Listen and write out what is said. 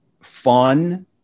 fun